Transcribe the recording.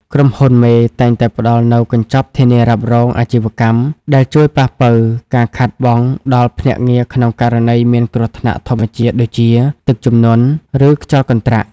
ក្រុមហ៊ុនមេតែងតែផ្ដល់នូវ "កញ្ចប់ធានារ៉ាប់រងអាជីវកម្ម" ដែលជួយប៉ះប៉ូវការខាតបង់ដល់ភ្នាក់ងារក្នុងករណីមានគ្រោះធម្មជាតិដូចជា ទឹកជំនន់ ឬខ្យល់កន្ត្រាក់។